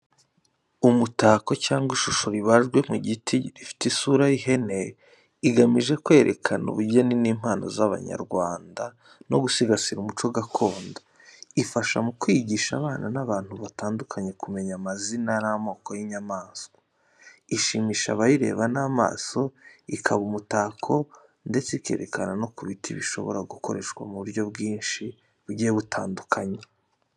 Umutako cyangwa ishusho ribajwe mu giti rifite isura y’ihene, igamije kwerekana ubugeni n’impano z’Abanyarwanda, no gusigasira umuco gakondo. Ifasha mu kwigisha abana n’abantu batandukanye kumenya amazina n'amoko y'inyamaswa. Ishimisha abayireba n'amaso, ikaba umutako, ndetse ikerekana ko ibiti bishobora gukoreshwa mu buryo bwinshi bugiye butandukanye.